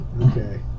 Okay